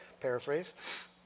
Paraphrase